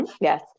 Yes